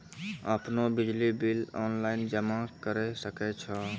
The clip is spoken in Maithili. आपनौ बिजली बिल ऑनलाइन जमा करै सकै छौ?